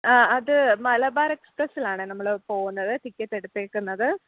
ആ അത് മലബാർ എക്സ്പ്രെസ്സിലാണെ നമ്മൾ പോകുന്നത് ടിക്കറ്റ് എടുത്തേക്കുന്നത്